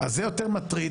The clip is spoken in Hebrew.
אז זה יותר מטריד,